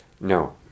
No